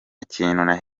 kintu